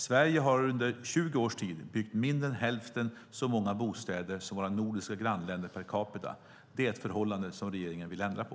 Sverige har under 20 års tid byggt mindre än hälften så många bostäder som våra nordiska grannländer per capita. Det är ett förhållande som regeringen vill ändra på.